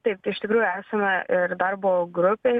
taip tai iš tikrųjų esame ir darbo grupėj